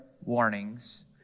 warnings